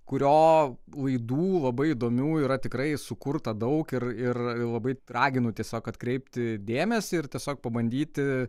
kurio laidų labai įdomių yra tikrai sukurta daug ir ir labai raginu tiesiog atkreipti dėmesį ir tiesiog pabandyti